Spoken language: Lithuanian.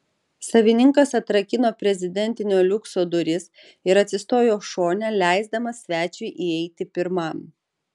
savininkas atrakino prezidentinio liukso duris ir atsistojo šone leisdamas svečiui įeiti pirmam